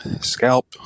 scalp